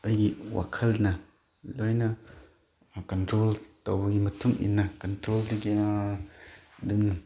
ꯑꯩꯒꯤ ꯋꯥꯈꯜꯅ ꯂꯣꯏꯅ ꯀꯟꯇ꯭ꯔꯣꯜ ꯇꯧꯕꯒꯤ ꯃꯇꯨꯡ ꯏꯟꯅ ꯀꯟꯇ꯭ꯔꯣꯜꯗꯒꯤꯅ ꯑꯗꯨꯝ